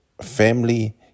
family